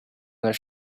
their